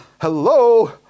Hello